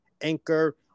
anchor